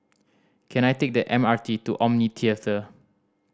can I take the M R T to Omni Theatre